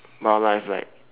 wildlife like